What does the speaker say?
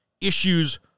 issues